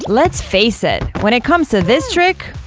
let's face it, when it comes to this trick,